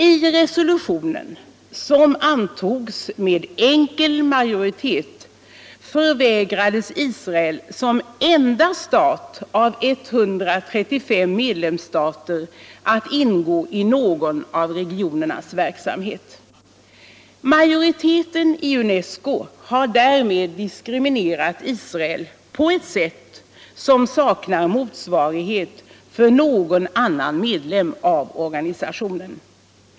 I resolutionen, som antogs med enkel majoritet, förvägrades Israel som enda stat av 135 medlemsstater att ingå i någon av regionernas verksamhet. Majoriteten i UNESCO har därmed diskriminerat Israel på ett sätt som saknar motsvarighet för någon annan medlem av organisationen.